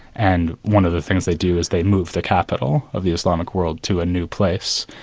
and one of the things they do is they move the capital of the islamic world to a new place.